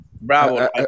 Bravo